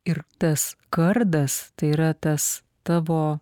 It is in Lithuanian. ir tas kardas tai yra tas tavo